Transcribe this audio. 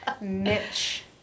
Mitch